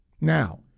Now